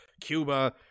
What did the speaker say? cuba